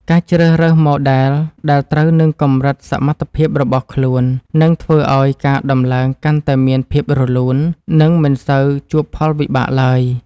ការជ្រើសរើសម៉ូដែលដែលត្រូវនឹងកម្រិតសមត្ថភាពរបស់ខ្លួននឹងធ្វើឱ្យការដំឡើងកាន់តែមានភាពរលូន និងមិនសូវជួបផលវិបាកឡើយ។